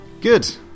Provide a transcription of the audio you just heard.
good